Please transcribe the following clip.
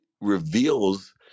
reveals